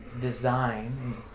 design